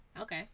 Okay